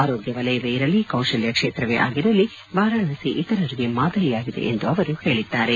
ಆರೋಗ್ಯ ವಲಯವೇ ಇರಲಿ ಕೌಶಲ್ಯ ಕ್ಷೇತ್ರವೇ ಆಗಿರಲಿ ವಾರಾಣಸಿ ಇತರರಿಗೆ ಮಾದರಿಯಾಗಿದೆ ಎಂದು ಅವರು ಹೇಳಿದ್ದಾರೆ